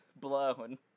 blown